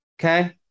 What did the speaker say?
okay